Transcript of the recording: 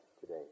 today